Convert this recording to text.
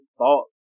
thought